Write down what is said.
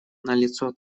налицо